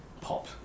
pop